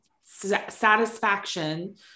satisfaction